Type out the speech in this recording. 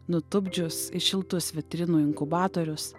nutupdžius į šiltus vitrinų inkubatorius